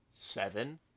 seven